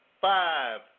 five